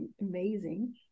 amazing